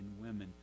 women